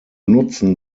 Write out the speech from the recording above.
nutzen